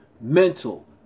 mental